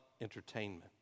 entertainment